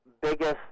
biggest